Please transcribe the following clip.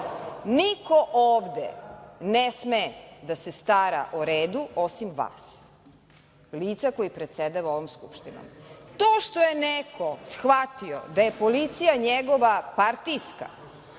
Niko ovde ne sme da se stara o redu, osim vas, lica koje predsedava ovom Skupštinom. To što je neko shvatio da je policija njegova partijska,